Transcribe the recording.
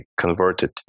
converted